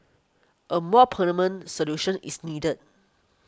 a more permanent solution is needed